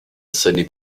sunny